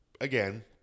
again